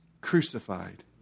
crucified